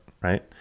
right